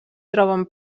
troben